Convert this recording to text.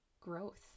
growth